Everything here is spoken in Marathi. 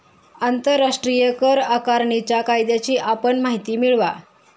आंतरराष्ट्रीय कर आकारणीच्या कायद्याची आपण माहिती मिळवा